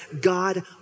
God